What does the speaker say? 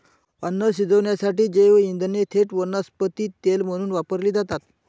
अन्न शिजवण्यासाठी जैवइंधने थेट वनस्पती तेल म्हणून वापरली जातात